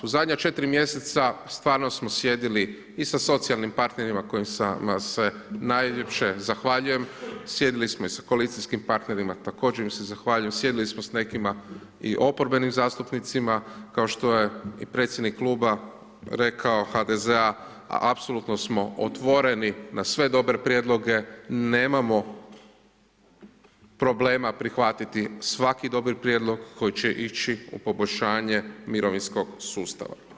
U zadnja 4 mj. stvarno smo sjedili i sa socijalnim partnerima, kojima se najljepše zahvaljujem, sjedili smo i sa koalicijskim partnerima, također im se zahvaljujem, sjedili smo s nekima oporbenim zastupnicama, kao što je i predsjednik Kluba rekao, HDZ-a apsolutno smo otvoreni na sve dobre prijedloge, nemamo problema prihvatiti svaki dobri prijedlog koji će ići u poboljšanje mirovinskog sustava.